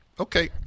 Okay